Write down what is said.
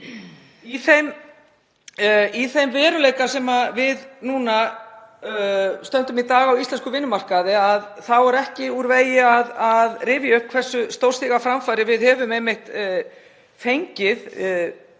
Í þeim veruleika sem við stöndum í dag á íslenskum vinnumarkaði þá er ekki úr vegi að rifja upp hversu stórstígar framfarir hafa einmitt orðið